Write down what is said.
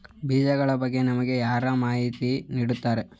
ಬೀಜಗಳ ಬಗ್ಗೆ ನಮಗೆ ಯಾರು ಮಾಹಿತಿ ನೀಡುತ್ತಾರೆ?